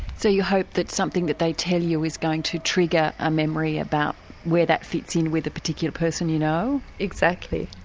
so you hope that something that they tell you is going to trigger a memory about where that fits in with a particular person you know? exactly.